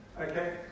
okay